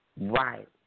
Right